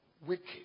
Wicked